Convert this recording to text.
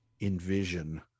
envision